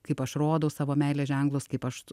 kaip aš rodau savo meilės ženklus kaip aš